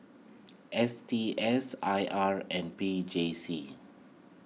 S T S I R and P J C